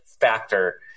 factor